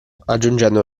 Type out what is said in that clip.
aggiungendo